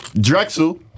Drexel